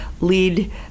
lead